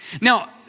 Now